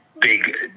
big